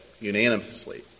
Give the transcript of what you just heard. unanimously